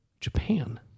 Japan